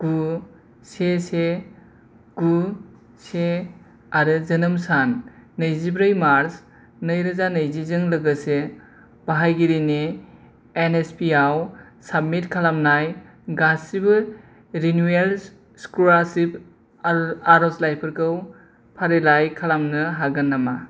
गु से से गु से आरो जोनोम सान नैजिब्रै मार्च नैरोजा नैजिजों लोगोसे बाहायगिरिनि एन एस पि आव साबमिट खालामनाय गासिबो रिनिउवेल स्क'लारशिप आर'जलाइफोरखौ फारिलाइ खालामनो हागोन नामा